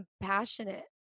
compassionate